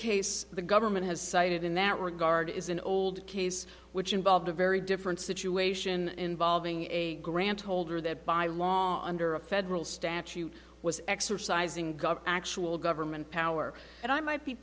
case the government has cited in that regard is an old case which involved a very different situation involving a grant holder that by law under a federal statute was exercising got actual government power and i might be